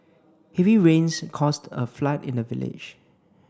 heavy rains caused a flood in the village